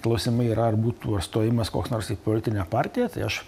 klausimai yra ar būtų ar stojimas koks nors į politinę partiją tai aš